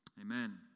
Amen